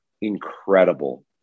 incredible